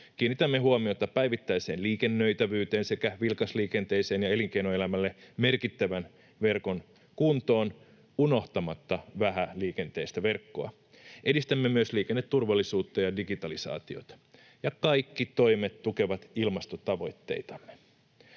Kiinnitämme huomiota päivittäiseen liikennöitävyyteen sekä vilkasliikenteisen ja elinkeinoelämälle merkittävän verkon kuntoon unohtamatta vähäliikenteistä verkkoa. Edistämme myös liikenneturvallisuutta ja digitalisaatiota. Ja kaikki toimet tukevat ilmastotavoitteitamme.